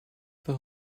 the